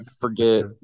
forget